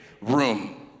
room